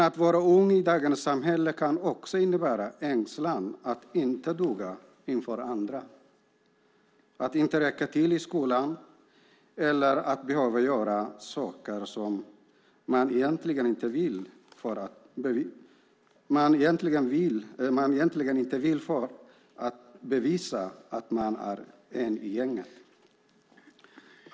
Att vara ung i dagens samhälle kan innebära ängslan för att inte duga inför andra, att inte räcka till i skolan eller för att behöva göra saker man egentligen inte vill för att bevisa att man är en i gänget.